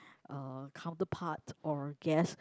uh counterpart or guest